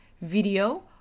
video